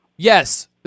Yes